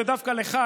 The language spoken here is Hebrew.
זה דווקא לך,